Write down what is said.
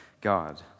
God